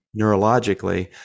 neurologically